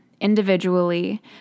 individually